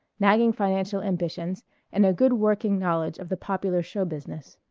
nagging financial ambitions and a good working knowledge of the popular show business.